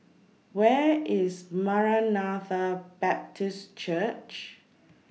Where IS Maranatha Baptist Church